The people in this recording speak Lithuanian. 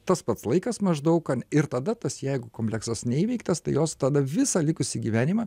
tas pats laikas maždaug kad ir tada tas jeigu kompleksas neįveiktas tai jos tada visą likusį gyvenimą